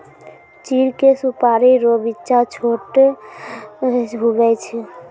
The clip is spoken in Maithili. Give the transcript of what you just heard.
चीड़ के सुपाड़ी रो बिच्चा छोट हुवै छै